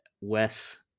Wes